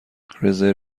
رزرو